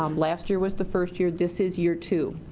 um last year was the first year, this is year two.